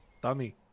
dummy